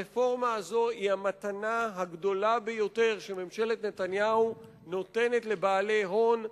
הרפורמה הזו היא המתנה הגדולה ביותר שממשלת נתניהו נותנת לבעלי הון,